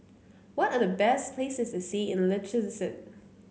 what are the best places to see in Liechtenstein